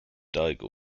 daegu